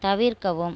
தவிர்க்கவும்